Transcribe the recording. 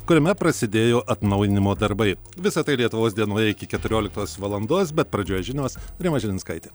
kuriame prasidėjo atnaujinimo darbai visa tai lietuvos dienoje iki keturioliktos valandos bet pradžioj žinios rima žilinskaitė